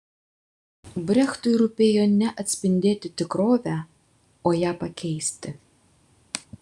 brechtui rūpėjo ne atspindėti tikrovę o ją pakeisti